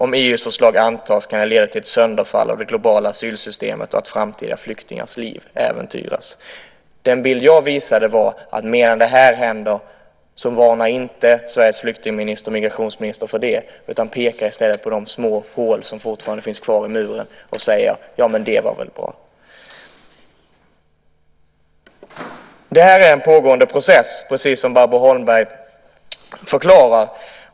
Om EU:s förslag antas kan det leda till ett sönderfall av det globala asylsystemet och att framtida flyktingars liv äventyras. Den bild jag visade var att medan det här händer varnar inte Sveriges migrationsminister för det utan pekar i stället på de små hål som fortfarande finns kvar i muren och säger att det var väl bra. Det här en pågående process, precis som Barbro Holmberg förklarar.